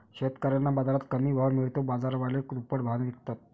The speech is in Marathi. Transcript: शेतकऱ्यांना बाजारात कमी भाव मिळतो, बाजारवाले दुप्पट भावाने विकतात